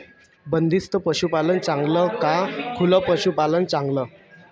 बंदिस्त पशूपालन चांगलं का खुलं पशूपालन चांगलं?